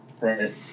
right